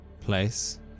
place